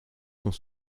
sont